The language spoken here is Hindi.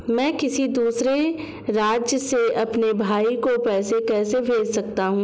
मैं किसी दूसरे राज्य से अपने भाई को पैसे कैसे भेज सकता हूं?